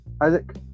Isaac